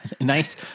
nice